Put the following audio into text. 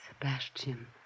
Sebastian